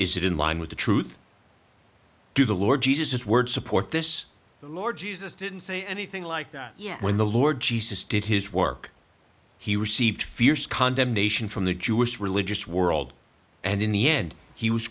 is it in line with the truth to the lord jesus words support this lord jesus didn't say anything like that yet when the lord jesus did his work he received fierce condemnation from the jewish religious world and in the end he was